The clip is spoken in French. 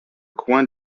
coin